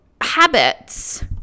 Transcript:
habits